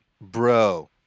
bro